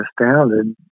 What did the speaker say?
astounded